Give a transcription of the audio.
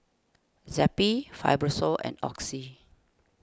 Zappy Fibrosol and Oxy